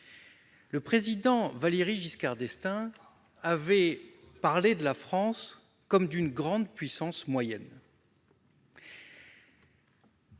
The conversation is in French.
le président Valéry Giscard d'Estaing avait qualifié la France de « grande puissance moyenne